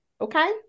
Okay